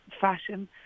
fashion